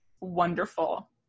wonderful